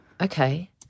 okay